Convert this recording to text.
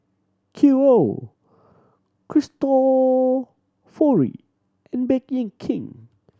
Qoo Cristofori and Bake In King